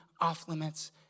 off-limits